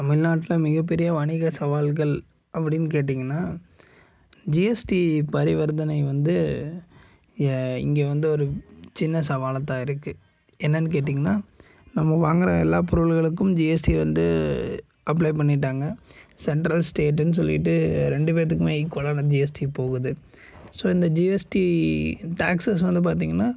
தமிழ்நாட்டில் மிக பெரிய வணிக சவால்கள் அப்படின் கேட்டிங்கன்னால் ஜிஎஸ்டி பரிவர்த்தனை வந்து இங்கே வந்து ஒரு சின்ன சவாலாக தான் இருக்குது என்னன்னு கேட்டிங்கன்னா நம்ம வாங்கிற எல்லா பொருள்களுக்கும் ஜிஎஸ்டி வந்து அப்ளை பண்ணிவிட்டாங்க சென்ட்ரல் ஸ்டேட்டுனு சொல்லிவிட்டு ரெண்டு பேர்த்துக்குமே ஈகுவல்லான ஜிஎஸ்டி போகுது ஸோ இந்த ஜிஎஸ்டி டேக்சஸ் வந்து பார்த்திங்கனா